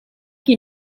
che